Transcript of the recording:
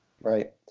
right